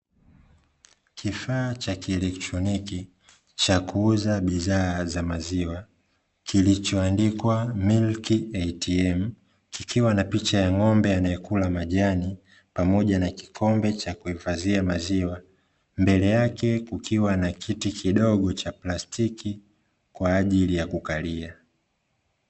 Kifaa cha kielektroniki cha kuuza bidhaa za maziwa, kilichoandikwa “Milk ATM”, kikiwa na picha ya ng’ombe anayekula majani pamoja na kikombe cha kuhifadhia maziwa, mbele yake kukiwa na kiti kidogo cha plastiki, kwa ajili ya kukalia.